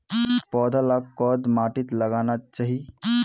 पौधा लाक कोद माटित लगाना चही?